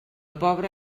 pobre